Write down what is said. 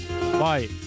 Bye